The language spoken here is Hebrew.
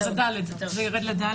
זה ירד ל-ד'.